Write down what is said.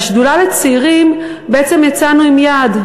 בשדולה לצעירים בעצם יצאנו עם יעד,